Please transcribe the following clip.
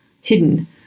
hidden